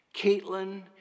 Caitlin